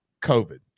COVID